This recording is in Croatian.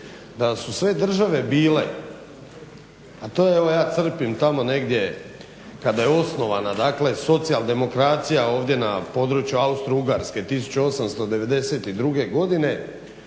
Da su sve države bile, a to evo ja crpim tamo negdje kada je osnovana socijaldemokracija ovdje na području Austrougarske 1892. godine